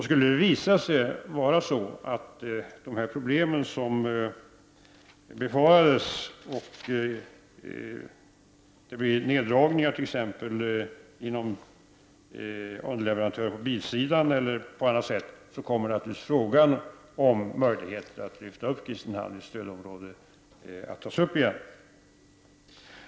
Skulle det visa sig att de problem som man befarar verkligen uppstår, att det sker neddragningar i fråga om exempelvis underleverantörer på bilsidan, kommer vi givetvis på nytt att ta upp frågan om möjligheten att lyfta upp Kristinehamn i stödområdet.